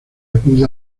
acude